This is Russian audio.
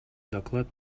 доклад